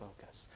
focus